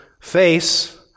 face